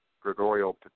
Gregorio